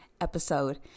episode